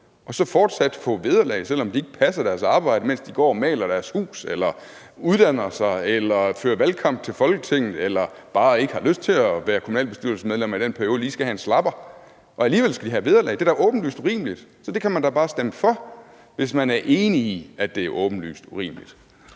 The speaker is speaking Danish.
og så fortsat få vederlag, selv om de ikke passer deres arbejde, mens de går og maler deres hus eller uddanner sig eller fører valgkamp til Folketinget eller bare ikke har lyst til at være kommunalbestyrelsesmedlem i den periode, men lige skal have en slapper. Og alligevel skal de have vederlag – det er da åbenlyst urimeligt! Så man kan da bare stemme for det, hvis man er enig i, at det er åbenlyst urimeligt.